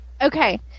Okay